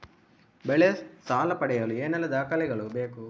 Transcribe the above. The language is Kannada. ಬೆಳೆ ಸಾಲ ಪಡೆಯಲು ಏನೆಲ್ಲಾ ದಾಖಲೆಗಳು ಬೇಕು?